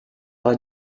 are